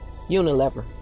Unilever